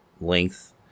length